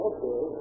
Okay